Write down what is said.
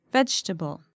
Vegetable